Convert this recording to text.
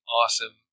awesome